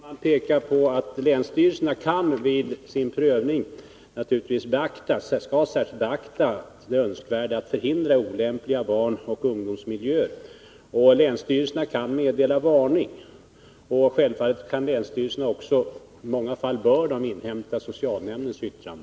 Herr talman! Jag vill bara peka på att länsstyrelserna vid sin prövning särskilt skall beakta det önskvärda i att förhindra olämpliga barnoch ungdomsmiljöer. Länsstyrelserna kan meddela varning, och de kan självfallet också — och i många fall bör de göra det — inhämta socialnämndens yttrande.